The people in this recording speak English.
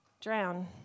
drown